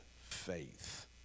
faith